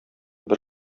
бер